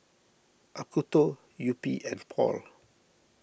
Acuto Yupi and Paul